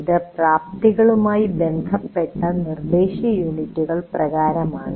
ഇത് പ്രാപ്തികളുമായി ബന്ധപ്പെട്ട നിർദ്ദേശയൂണിറ്റുകൾ പ്രകാരമാണ്